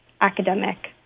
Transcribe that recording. academic